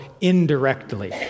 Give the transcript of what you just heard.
indirectly